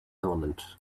element